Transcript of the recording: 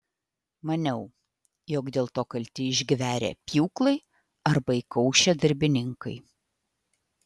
maniau jog dėl to kalti išgverę pjūklai arba įkaušę darbininkai